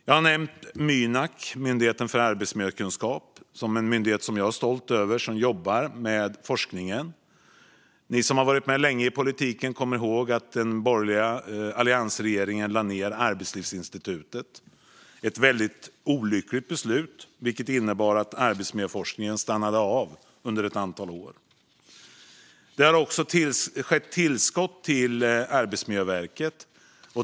Jag har nämnt Mynak, Myndigheten för arbetsmiljökunskap. Det är en myndighet som jag är stolt över och som jobbar med forskningen. Ni som har varit med länge i politiken kommer ihåg att den borgerliga alliansregeringen lade ned Arbetslivsinstitutet. Det var ett väldigt olyckligt beslut, vilket innebar att arbetsmiljöforskningen stannade av under ett antal år. Det har också skett tillskott till Arbetsmiljöverket.